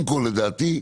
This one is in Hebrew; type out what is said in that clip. (היו"ר משה גפני)